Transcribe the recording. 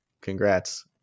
congrats